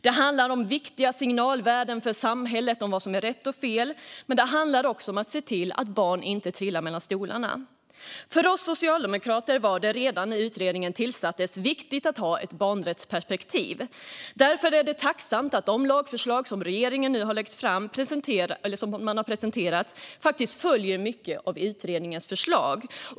Det handlar om viktiga signalvärden för samhället om vad som är rätt och fel, men det handlar också om att se till att barn inte trillar mellan stolarna. För oss socialdemokrater var det redan när utredningen tillsattes viktigt att ha ett barnrättsperspektiv. Därför är vi tacksamma för att de lagförslag som regeringen nu har presenterat följer mycket av utredningens förslag.